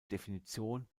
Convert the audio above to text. definition